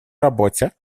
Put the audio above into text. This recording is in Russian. работе